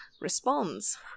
Responds